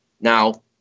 Now